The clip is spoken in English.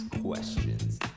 questions